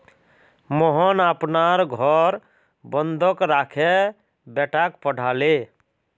मोहन अपनार घर बंधक राखे बेटाक पढ़ाले